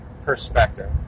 perspective